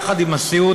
יחד עם הסיעוד,